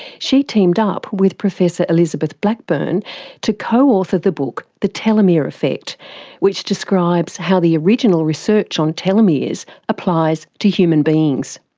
she teamed up with professor elizabeth blackburn to co-author the book the telomere effect which describes how the original research on telomeres applies to human beings.